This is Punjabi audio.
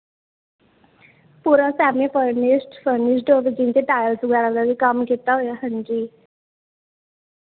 ਪੂਰਾ ਸੈਮੀ ਫਰਨਿਸ਼ਡ ਫਰਨਿਸ਼ਡ ਹੋਵੇੇ ਅਤੇ ਟਾਈਲ ਵਗੈਰਾ ਦਾ ਵੀ ਕੰਮ ਕੀਤਾ ਹੋਇਆ ਹਾਂਜੀ